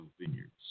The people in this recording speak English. vineyards